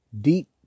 deep